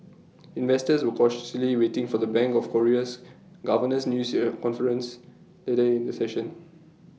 investors were cautiously waiting for the bank of Korea's governor's news IT A conference later in the session